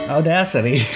Audacity